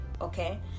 okay